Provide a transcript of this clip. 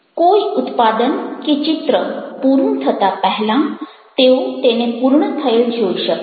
કોઈ ઉત્પાદન કે ચિત્ર પૂરું થતાં પહેલાં તેઓ તેને પૂર્ણ થયેલ જોઈ શકે છે